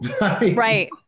Right